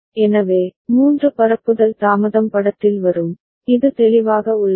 எனவே மூன்று பரப்புதல் தாமதம் படத்தில் வரும் இது தெளிவாக உள்ளது